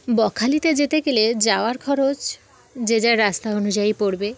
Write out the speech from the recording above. বকখালিতে যেতে গেলে যাওয়ার খরচ যে যার রাস্তা অনুযায়ী পড়বে